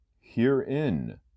Herein